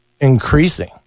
increasing